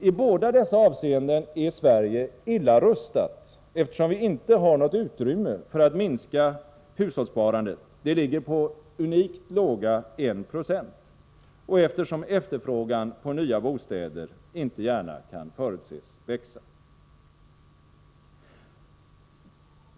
I båda dessa avseenden är Sverige illa rustat, eftersom vi inte har något utrymme för att minska hushållssparandet, som ligger på unikt låga 1 90, och efterfrågan på nya bostäder inte gärna kan förutses växa.